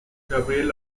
gabriel